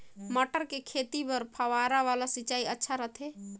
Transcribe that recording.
मटर के खेती बर फव्वारा वाला सिंचाई अच्छा रथे?